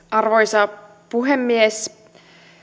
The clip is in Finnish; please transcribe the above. arvoisa puhemies